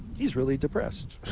he's really depressed.